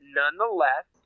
nonetheless